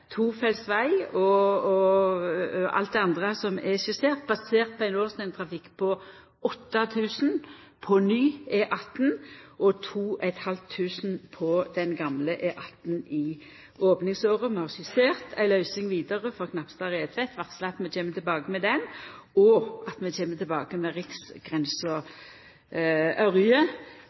tofelts veg og alt det andre som er skissert, basert på ein årsdøgntrafikk på 8 000 på ny E18 og 2 500 på den gamle E18 i opningsåret. Vi har skissert ei løysing vidare for strekninga Knapstad–Retvedt, og varsla at vi kjem tilbake til den, og at vi kjem tilbake